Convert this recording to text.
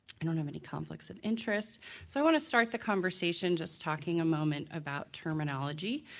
i don't have any conflicts of interest so i want to start the conversation just talking a moment about terminology.